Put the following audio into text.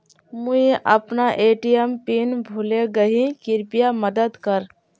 मुई अपना ATM PIN भूले गही कृप्या मदद कर